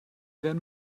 werden